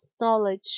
knowledge